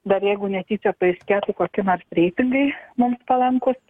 dar jeigu netyčia paaiškėtų koki nors reitingai mums palankūs